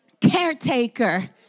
caretaker